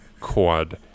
Quad